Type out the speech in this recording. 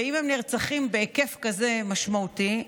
ואם הם נרצחים בהיקף כזה משמעותי,